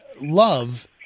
love